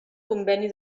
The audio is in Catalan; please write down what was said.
conveni